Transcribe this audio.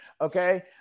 Okay